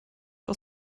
aus